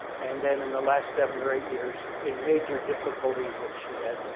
and then in the last seven or eight years, a major difficulty which she had,